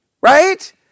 right